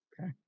Okay